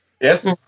Yes